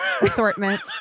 assortment